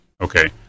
okay